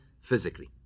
physically